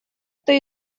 этой